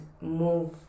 move